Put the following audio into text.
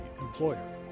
employer